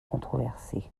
controversé